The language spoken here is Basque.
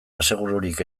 asegururik